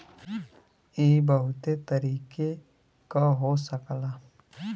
इ बहुते तरीके क हो सकला